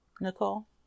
nicole